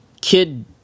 kid